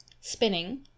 spinning